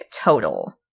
total